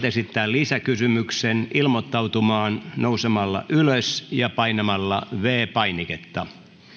esittää lisäkysymyksen ilmoittautumaan nousemalla ylös ja painamalla viides painiketta arvoisa herra